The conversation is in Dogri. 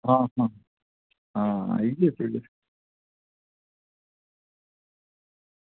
आं आं